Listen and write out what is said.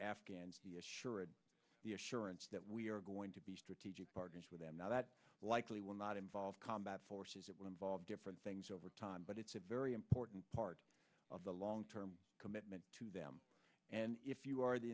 afghans the assurance that we are going to be strategic partners with them now that likely will not involve combat forces it will involve different things over time but it's a very important part of a long term commitment to them and if you are the